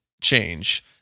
change